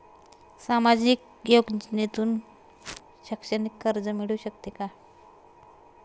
सामाजिक योजनेतून शैक्षणिक कर्ज मिळू शकते का?